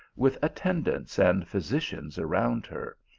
with attendants and physicians around her,